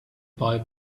boy